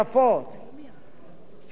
הרי על מה תקפו כל הזמן את הכבאים?